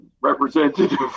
representative